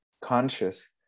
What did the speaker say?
conscious